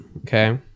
okay